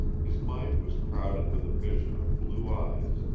his mind was crowded with a vision of blue eyes,